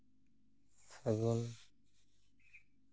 ᱯᱷᱟᱹᱜᱩᱱ